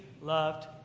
loved